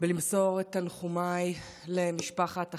ולמסור את תנחומיי למשפחת החייל,